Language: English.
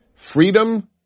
Freedom